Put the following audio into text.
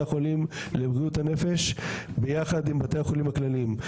החולים לבריאות הנפש ביחד עם בתי החולים הכלליים.